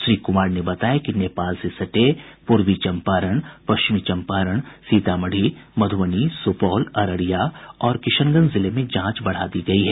श्री कुमार ने बताया कि नेपाल से सटे पूर्वी चंपारण पश्चिमी चम्पारण सीतामढ़ी मध्रबनी सुपौल अररिया और किशनगंज जिले में जांच बढ़ा दी गयी है